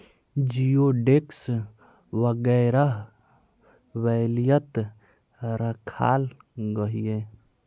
जिओडेक्स वगैरह बेल्वियात राखाल गहिये